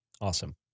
Awesome